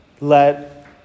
let